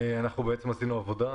אנחנו עשינו עבודה.